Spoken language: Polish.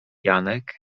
janek